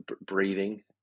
breathing